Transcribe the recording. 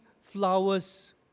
flowers